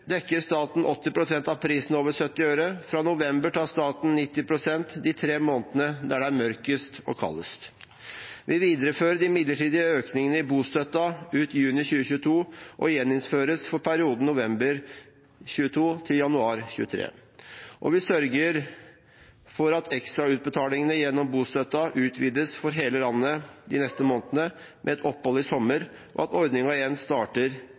dekker staten 80 pst. av prisen over 70 øre. Fra november tar staten 90 pst. de tre månedene det er mørkest og kaldest. Vi viderefører de midlertidige økningene i bostøtten ut juni 2022, og den gjeninnføres for perioden november 2022 til januar 2023. Vi sørger også for at ekstrautbetalingene gjennom bostøtten utvides for hele landet de neste månedene, med et opphold i sommer, og at ordningen starter opp igjen